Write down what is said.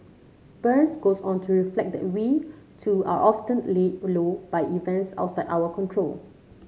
burns goes on to reflect that we too are often laid low by events outside our control